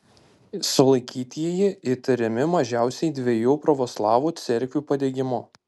sulaikytieji įtariami mažiausiai dviejų pravoslavų cerkvių padegimu